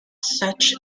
such